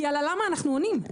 כי על הלמה אנחנו עונים,